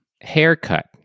Haircut